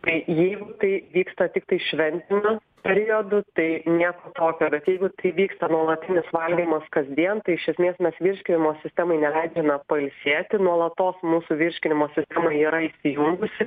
tai jeigu tai vyksta tiktai šventiniu periodu tai nieko tokio bet jeigu tai vyksta nuolatinis valgymas kasdien tai iš esmės mes virškinimo sistemai neleidžiame pailsėti nuolatos mūsų virškinimo sistema yra įsijungusi